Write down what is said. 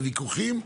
בוויכוחים,